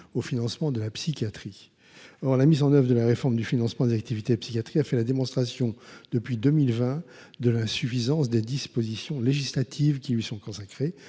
au financement de la psychiatrie. La mise en œuvre de la réforme du financement des activités de psychiatrie a fait la démonstration, depuis 2020, de l’insuffisance des dispositions législatives qui lui sont consacrées